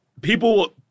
people